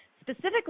specifically